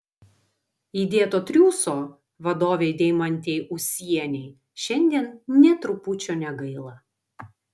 įdėto triūso vadovei deimantei ūsienei šiandien nė trupučio negaila